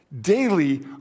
daily